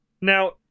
now